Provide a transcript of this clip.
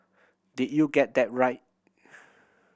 did you get that right